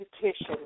petition